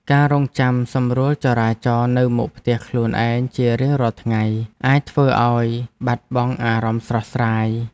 ការរង់ចាំសម្រួលចរាចរណ៍នៅមុខផ្ទះខ្លួនឯងជារៀងរាល់ថ្ងៃអាចធ្វើឱ្យបាត់បង់អារម្មណ៍ស្រស់ស្រាយ។